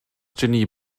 genie